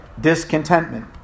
discontentment